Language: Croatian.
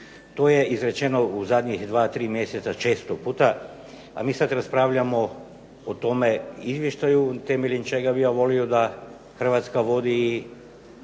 To je izrečeno u zadnjih 2,3 mjeseca često puta, a mi sad raspravljamo o tome izvještaju temeljem čega bi ja volio da Hrvatska vodi i